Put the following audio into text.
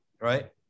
right